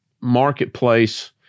marketplace